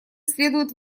следует